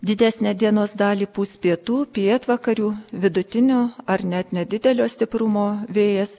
didesnę dienos dalį pūs pietų pietvakarių vidutinio ar net nedidelio stiprumo vėjas